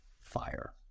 fire